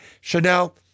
Chanel